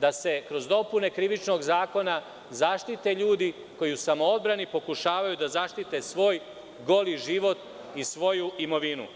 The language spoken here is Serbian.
da se kroz dopune Krivičnog zakona zaštite ljudi koji u samoodbrani pokušavaju da zaštite svoj goli život i svoju imovinu.